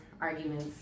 arguments